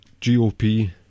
GOP